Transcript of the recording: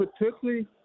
particularly